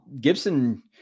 Gibson